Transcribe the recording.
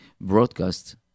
broadcast